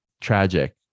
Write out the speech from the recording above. tragic